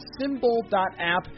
Symbol.app